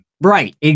Right